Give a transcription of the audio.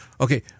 Okay